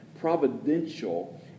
Providential